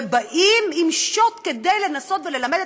ובאים עם שוט כדי לנסות ללמד את